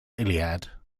iliad